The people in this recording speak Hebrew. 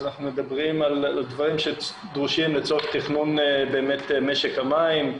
אנחנו מדברים על דברים שדרושים לצורך תכנון משק המים,